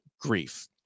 grief